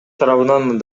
тарабынан